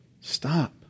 stop